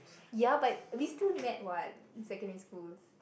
ya but we still met what secondary school